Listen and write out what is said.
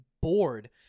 bored